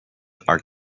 are